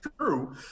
true